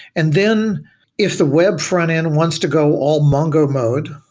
and then if the web frontend wants to go all mongo mode,